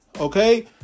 Okay